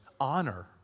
honor